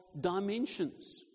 dimensions